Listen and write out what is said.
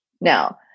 Now